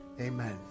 Amen